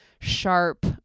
sharp